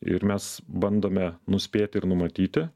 ir mes bandome nuspėti ir numatyti